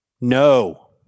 No